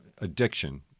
addiction